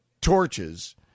torches